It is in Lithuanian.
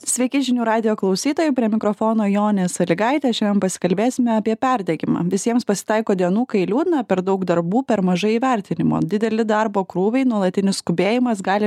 sveiki žinių radijo klausytojai prie mikrofono jonė salygaitė šiandien pasikalbėsime apie perdegimą visiems pasitaiko dienų kai liūdna per daug darbų per mažai įvertinimo dideli darbo krūviai nuolatinis skubėjimas gali